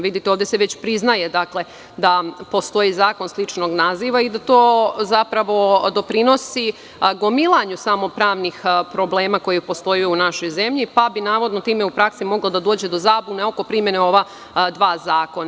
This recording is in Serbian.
Vidite, ovde se već priznaje da postoji zakon sličnog naziva i da to zapravo doprinosi gomilanju pravnih problema koji postoje u našoj zemlji, pa bi, navodno, time u praksi moglo da dođe do zabune oko primene ova dva zakona.